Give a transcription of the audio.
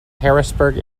harrisburg